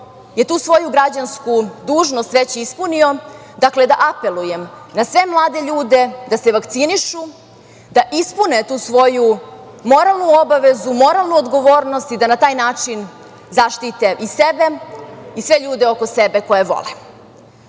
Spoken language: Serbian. je tu svoju građansku dužnost već ispunio, da se vakcinišu, da ispune tu svoju moralnu obavezu, moralnu odgovornost i da na taj način zaštite i sebe i sve ljude oko sebe koje vole. Od